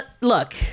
Look